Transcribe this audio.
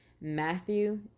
Matthew